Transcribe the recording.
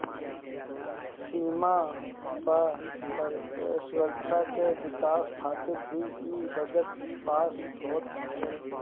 सीमा पअ सुरक्षा के विकास खातिर भी इ बजट पास होत हवे